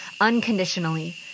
unconditionally